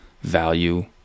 value